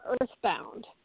earthbound